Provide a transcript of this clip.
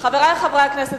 חברי חברי הכנסת,